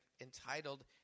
entitled